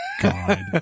God